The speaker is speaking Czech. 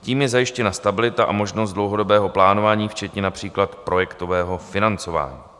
Tím je zajištěna stabilita a možnost dlouhodobého plánování, včetně například projektového financování.